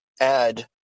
add